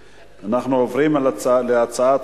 נתקבלה.